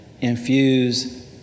infuse